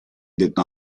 detto